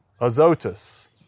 Azotus